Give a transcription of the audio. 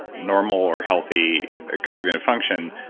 normal or healthy cognitive function,